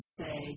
say